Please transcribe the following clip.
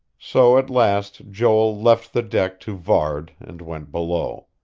so at last joel left the deck to varde, and went below.